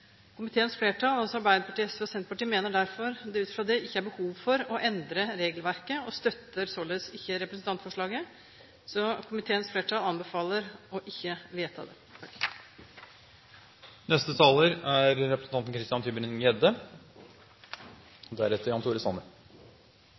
Komiteens flertall – Arbeiderpartiet, SV og Senterpartiet – mener derfor ut fra det at det ikke er behov for å endre regelverket og støtter således ikke representantforslaget. Komiteens flertall anbefaler å ikke vedta